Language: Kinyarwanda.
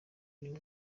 uyu